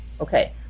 Okay